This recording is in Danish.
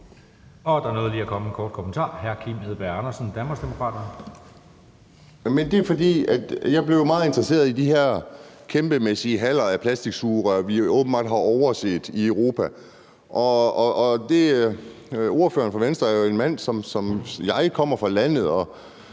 Jeg blev jo meget interesseret i de her kæmpemæssige haller med plastiksugerør, vi åbenbart har overset i Europa, og ordføreren fra Venstre er jo en mand, som ligesom jeg kommer fra landet,